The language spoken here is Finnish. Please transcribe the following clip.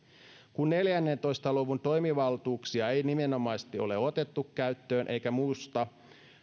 kun neljäntoista luvun toimivaltuuksia ei nimenomaisesti ole otettu käyttöön eikä muusta